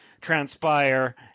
transpire